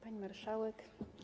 Pani Marszałek!